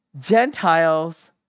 Gentiles